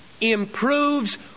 improves